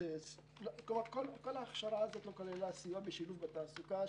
כל ההכשרה הזו לא כללה סיוע בשילוב בתעסוקה.